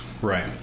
Right